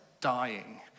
dying